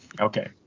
Okay